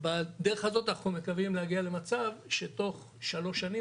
בדרך הזו בעצם אנחנו מקווים להגיע למצב שתוך שלוש שנים